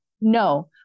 No